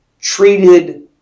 treated